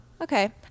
Okay